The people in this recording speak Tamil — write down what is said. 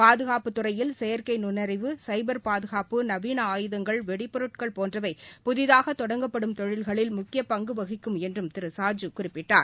பாதுகாப்புத்துறையில் செயற்கைநுண்ணறிவு சைபர் பாதுகாப்பு நவீன ஆயுதங்கள் வெடிபொருட்கள் போன்றவை புதிதாகதொடங்கப்படும் தொழில்களில் முக்கியபங்குவகிக்கும் என்றும் திரு ஜாஜூ குறிப்பிட்டார்